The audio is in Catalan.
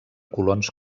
colons